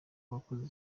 wakoze